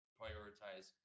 prioritize